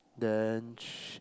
then sh~